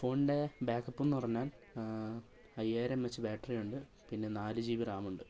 ഫോണിൻ്റെ ബേക്കപ്പെന്ന് പറഞ്ഞാൽ അയ്യായിരം എച്ച് ബാറ്ററിയുണ്ട് പിന്നെ നാല് ജി ബി റാമുണ്ട്